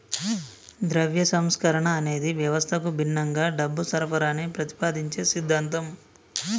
ద్రవ్య సంస్కరణ అనేది వ్యవస్థకు భిన్నంగా డబ్బు సరఫరాని ప్రతిపాదించే సిద్ధాంతం